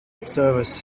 observers